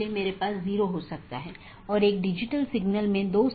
यह एक प्रकार की नीति है कि मैं अनुमति नहीं दूंगा